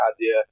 idea